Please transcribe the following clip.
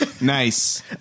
Nice